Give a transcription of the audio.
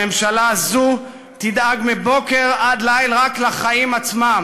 הממשלה הזו תדאג מבוקר עד ליל רק ל"חיים עצמם"